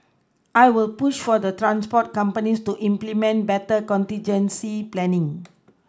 I will push for the transport companies to implement better contingency planning